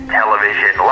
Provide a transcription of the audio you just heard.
television